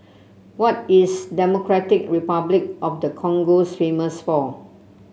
what is Democratic Republic of the Congo famous for